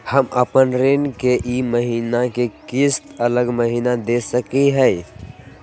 हम अपन ऋण के ई महीना के किस्त अगला महीना दे सकी हियई?